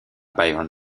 byron